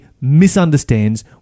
misunderstands